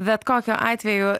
bet kokiu atveju